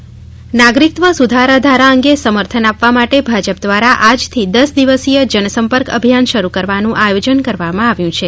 જન સંપર્ક અભિયાન નાગરિકત્વ સુધારા ધારા અંગે સમર્થન આપવા માટે ભાજપ દ્વારા આજથી દસ દિવસીય જનસંપર્ક અભિયાન શરૂ કરવાનું આયોજન કરવામાં આવ્યું છે